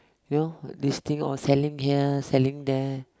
you know this thing all selling here selling there